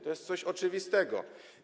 To jest coś oczywistego.